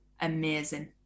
amazing